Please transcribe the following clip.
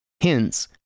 Hence